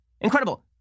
Incredible